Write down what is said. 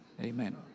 amen